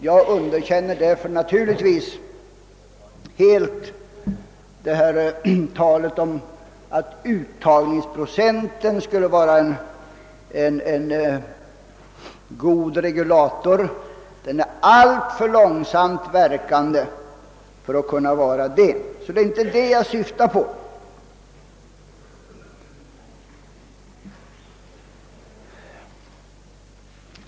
Jag underkänner helt det här talet om att uttagsprocenten är en god regulator; den är alltför långsamt verkande för att vara det. Det är inte en sådan åtgärd jag här syf tar på.